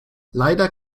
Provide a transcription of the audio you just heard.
leider